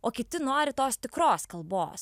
o kiti nori tos tikros kalbos